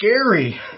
scary